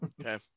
okay